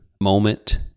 moment